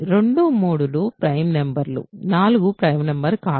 23 లు prime number లు 4 prime number కాదు